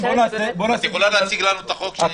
את יכולה להציג לנו את החוק?